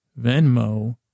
Venmo